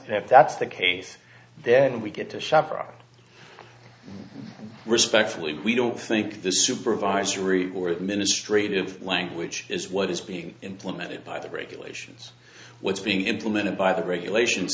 if that's the case then we get to chaperone respectfully we don't think the supervisory or the ministry of language is what is being implemented by the regulations what's being implemented by the regulations